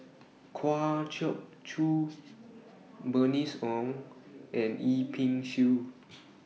Kwa Geok Choo Bernice Ong and Yip Pin Xiu